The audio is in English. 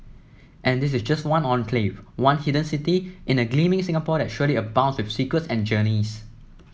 and this is just one enclave one hidden city in a gleaming Singapore that surely abounds with secrets and journeys